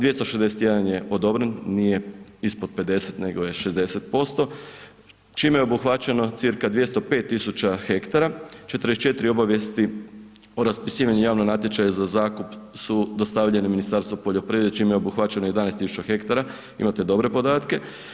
261 je odobren, nije ispod 50 nego je 60%, čime je obuhvaćeno cca 205 tisuća hektara, 44 obavijesti o raspisivanju javnog natječaja za zakup su dostavljeni Ministarstvu poljoprivrede čime je obuhvaćeno 11 tisuća hektara, imate dobre podatke.